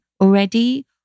already